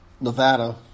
Nevada